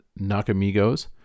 Nakamigos